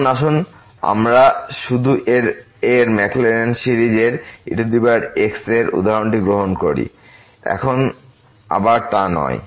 এখন আসুন আমরা শুধুএর ম্যাকলোরিন সিরিজের ex এর এই উদাহরণটি গ্রহণ করি এখন আবার তা নয়